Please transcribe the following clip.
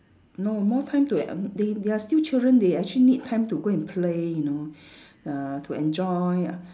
no more time to um they they are still children they actually need time to go and play you know uh to enjoy